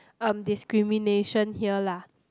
um discrimination here lah